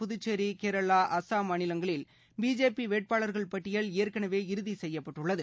புதுச்சேரி கேரளா அஸ்ஸாம் மாநிலங்களில் பிஜேபி வேட்பாளர்கள் பட்டியல் ஏற்கனவே இறுதி செய்யப்பட்டுள்ளது